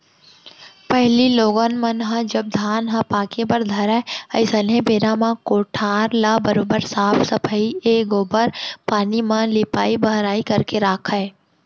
पहिली लोगन मन ह जब धान ह पाके बर धरय अइसनहे बेरा म कोठार ल बरोबर साफ सफई ए गोबर पानी म लिपाई बहराई करके राखयँ